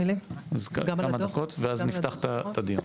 נשמע כמה דקות, ואז נפתח את הדיון.